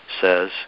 says